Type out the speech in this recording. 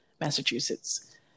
Massachusetts